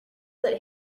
that